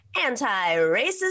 anti-racist